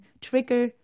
trigger